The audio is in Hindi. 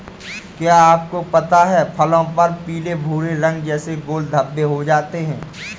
क्या आपको पता है फलों पर पीले भूरे रंग जैसे गोल धब्बे हो जाते हैं?